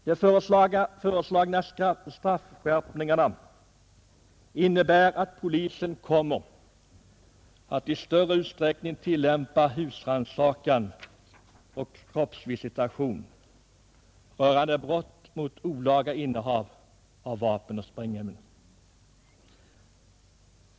De föreslagna straffskärpningarna innebär att polisen i större utsträckning kommer att tillämpa husrannsakan och kroppsvisitation rörande brott mot bestämmelserna om olaga innehav av vapen och sprängämnen.